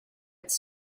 its